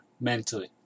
mentally